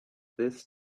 this